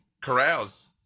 carouse